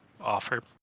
offer